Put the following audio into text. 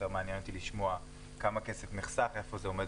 יותר מעניין אותי לשמוע כמה כסף נחסך ואיפה זה עומד